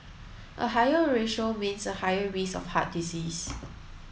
a higher ratio means a higher risk of heart disease